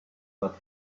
but